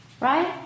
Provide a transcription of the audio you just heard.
Right